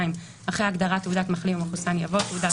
אחרי ההגדרה "תעודת מחלים או מחוסן" יבוא: ""תעודת